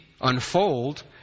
Unfold